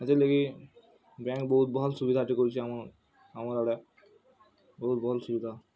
ସେଥିର୍ଲାଗି ବ୍ୟାଙ୍କ୍ ବହୁତ୍ ଭଲ୍ ସୁବିଧାଟେ କରୁଛେ ଆମର୍ ଆମର୍ ଆଡ଼େ ବହୁତ୍ ଭଲ୍ ସୁବିଧା